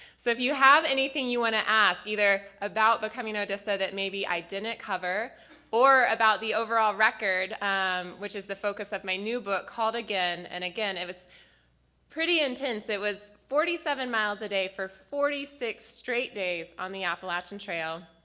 so if you have anything you want to ask, either about becoming odessa that maybe i didn't cover or about the overall record which is the focus of my new book, called again. and it was pretty intense it was forty seven miles a day for forty six straight days on the appalachian trail.